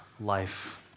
life